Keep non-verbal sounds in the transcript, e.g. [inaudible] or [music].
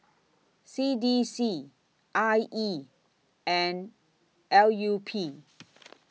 C D C I E and L U P [noise]